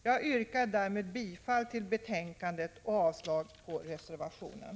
Jag yrkar bifall till hemställan i betänkandet och avslag på reservationen.